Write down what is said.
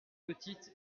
petite